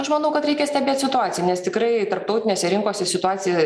aš manau kad reikia stebėt situaciją nes tikrai tarptautinėse rinkose situacija